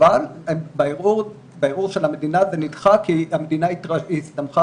אבל בערעור של המדינה זה נדחה כי המדינה הסתמכה